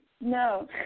no